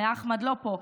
אחמד לא פה,